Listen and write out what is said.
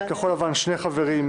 כחול לבן שני חברים,